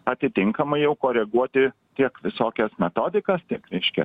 atitinkamai jau koreguoti tiek visokias metodikas tiek reiškia